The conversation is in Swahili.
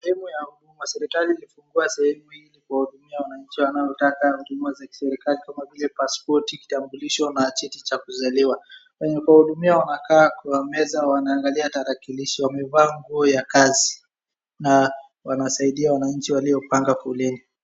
Sehemu ya serikali ilifungua sehemu hii kuwahudumia wananchi wanaotaka huduma za kiserikali kama vile paspoti, kitambulisho na cheti cha kuzaliwa. Wenye kuwahudumia wanakaa kwa meza wanaangalia tarakilishi wamevaa nguo ya kazi na wanasaidia wananchi waliopanga foleni.